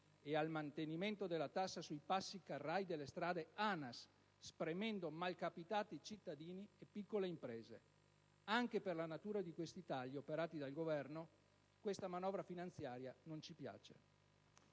e al mantenimento della tassa sui passi carrai delle strade ANAS, spremendo malcapitati cittadini e piccole imprese. Anche per la natura di questi tagli operati dal Governo questa manovra finanziaria non ci piace.